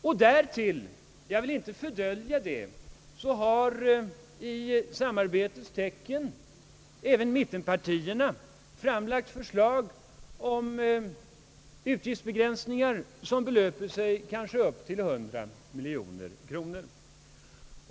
Desssutom — jag vill inte fördölja det — har i samarbetets tecken även mittenpartierna framlagt förslag om utgiftsbegränsningar som belöper sig på upp till kanske 100 miljoner kronor.